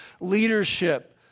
leadership